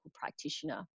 practitioner